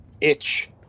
itch